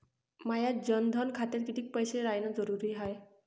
माया जनधन खात्यात कितीक पैसे रायन जरुरी हाय?